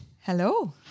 Hello